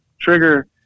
trigger